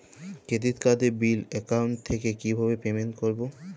Credit কার্ডের bill account থেকে কিভাবে পেমেন্ট করবো?